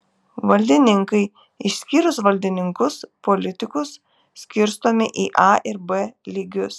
valdininkai išskyrus valdininkus politikus skirstomi į a ir b lygius